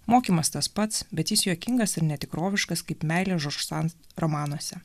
mokymas tas pats bet jis juokingas ir netikroviškas kaip meilė romanuose